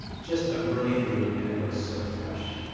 just a brilliant move, and it looks so fresh.